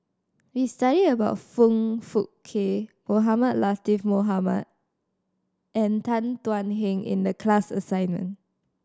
we studied about Foong Fook Kay Mohamed Latiff Mohamed and Tan Thuan Heng in the class assignment